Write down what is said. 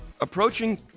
approaching